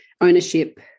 ownership